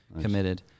committed